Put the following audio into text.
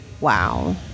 Wow